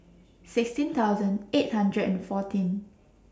sixteen thousand eight hundred and fourteen